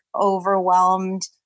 overwhelmed